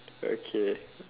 okay